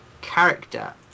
character